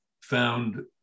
found